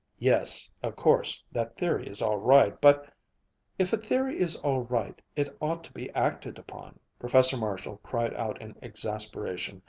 yes, of course, that theory is all right, but if a theory is all right, it ought to be acted upon. professor marshall cried out in exasperation,